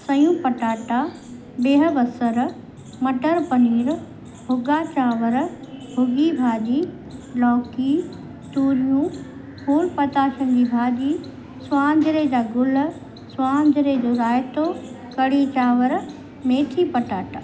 सयूं पटाटा बिहु बसर मटर पनीर भुॻा चांवर भुॻी भाॼी लौकी तूरियूं फुल पताशनि जी भाॼी स्वांझिरे जा गुलु स्वांझिरे जो राएतो कढ़ी चांवर मेथी पटाटा